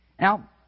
Now